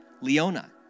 Leona